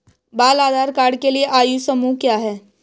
बाल आधार कार्ड के लिए आयु समूह क्या है?